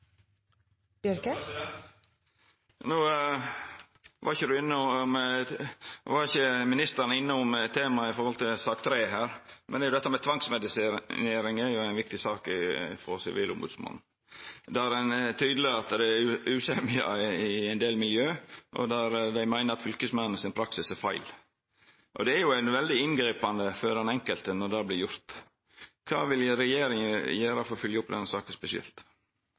No var ikkje ministeren innom dette temaet i sak nr. 4 her, men dette med tvangsmedisinering er ei viktig sak for Sivilombodsmannen. Det er tydeleg at det er usemje i ein del miljø, og ein meiner at fylkesmennene sin praksis er feil. Det er jo veldig inngripande for den enkelte når dette vert gjort. Kva vil regjeringa gjera for å fylgja opp denne saka spesielt?